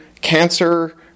cancer